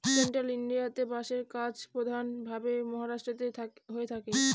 central ইন্ডিয়াতে বাঁশের চাষ প্রধান ভাবে মহারাষ্ট্রেতে হয়ে থাকে